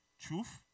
Truth